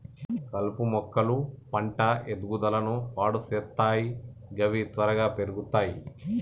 కలుపు మొక్కలు పంట ఎదుగుదలను పాడు సేత్తయ్ గవి త్వరగా పెర్గుతయ్